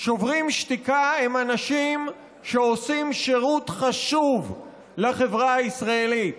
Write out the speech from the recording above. שוברים שתיקה הם אנשים שעושים שירות חשוב לחברה הישראלית.